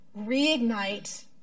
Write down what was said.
reignite